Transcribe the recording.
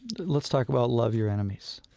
let's talk about love your enemies.